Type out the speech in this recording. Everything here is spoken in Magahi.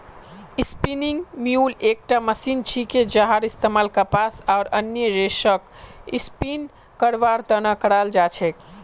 स्पिनिंग म्यूल एकटा मशीन छिके जहार इस्तमाल कपास आर अन्य रेशक स्पिन करवार त न कराल जा छेक